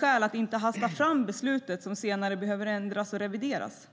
skäl att inte hasta fram beslut som senare kan behöva ändras och revideras.